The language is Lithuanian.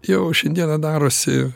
jau šiandieną darosi